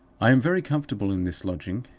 i am very comfortable in this lodging.